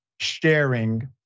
sharing